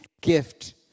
gift